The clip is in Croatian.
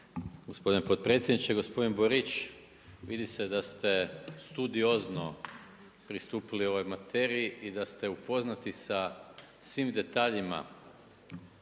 gospodine potpredsjedniče. Gospodin Borić, vidi se da se studiozno pristupili ovoj materiji i da ste upoznati sa svim detaljima